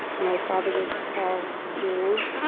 my father was paul dearing.